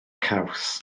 caws